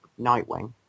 Nightwing